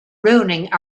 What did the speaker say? ruining